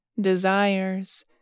desires